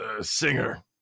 singer